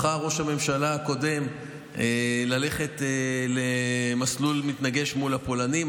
בחר ראש הממשלה הקודם ללכת למסלול מתנגש מול הפולנים.